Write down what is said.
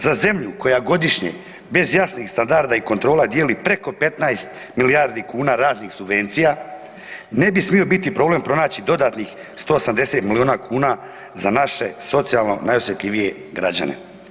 Za zemlju koja godišnje bez jasnih standarda i kontrola dijeli preko 15 milijardi kuna raznih subvencija ne bi smio biti problem pronaći dodatnih 180 milijuna kuna za naše socijalno najosjetljivije građane.